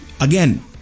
Again